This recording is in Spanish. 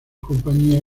compañía